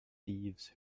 thieves